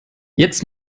jetzt